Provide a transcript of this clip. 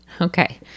Okay